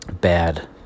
bad